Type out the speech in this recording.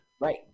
Right